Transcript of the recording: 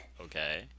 Okay